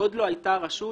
שעוד לא הייתה רשות